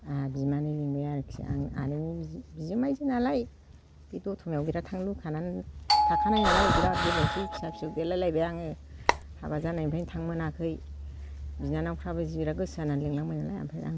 आंहा बिमानै लिंबाय आरोखि आं आनैनि बि बिजोमायजो नालाय बे दतमायाव बिराद थांनो लुबैखानानै थाखानाय नालाय बिराद गोबावसै फिसा फिसौ देरलाय लायबाय आङो हाबा जानायनिफ्रायनो थांनो मोनाखै बिनानावफ्राबो जि बिराद गोसो जानानै लिंलांबाय नालाय ओमफ्राय आं थांबाय